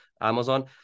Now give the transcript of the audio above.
amazon